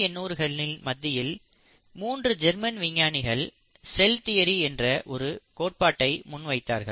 1800 களின் மத்தியில் மூன்று ஜெர்மன் விஞ்ஞானிகள் செல் தியரி என்ற ஒரு கோட்பாட்டை முன் வைத்தார்கள்